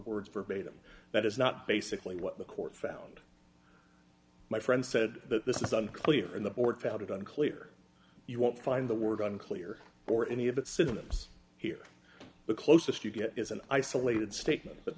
words verbatim that is not basically what the court found my friend said that this isn't clear in the board found it unclear you won't find the word unclear or any of its citizens here the closest you get is an isolated statement but